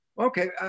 Okay